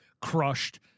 crushed